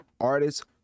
artists